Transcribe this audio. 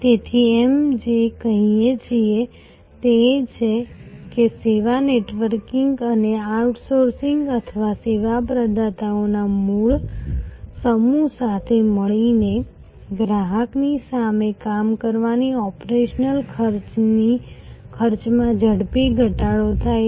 તેથી અમે જે કહીએ છીએ તે એ છે કે સેવા નેટવર્કિંગ અને આઉટસોર્સિંગ અથવા સેવા પ્રદાતાઓના સમૂહ સાથે મળીને ગ્રાહકની સામે કામ કરવાથી ઓપરેશનલ ખર્ચમાં ઝડપી ઘટાડો થાય છે